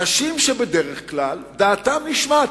אנשים שבדרך כלל דעתם נשמעת,